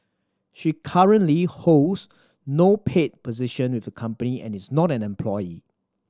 she currently holds no paid position with the company and is not an employee